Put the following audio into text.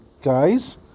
guys